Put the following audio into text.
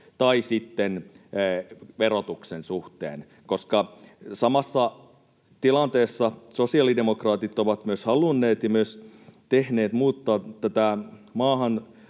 tai sitten verotuksen suhteen, koska samassa tilanteessa sosiaalidemokraatit ovat myös halunneet muuttaa, ja